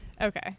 Okay